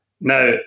Now